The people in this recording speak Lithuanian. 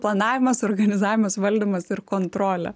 planavimas organizavimas valdymas ir kontrolė